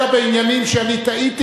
אלא בעניינים שאני טעיתי,